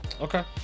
Okay